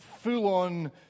full-on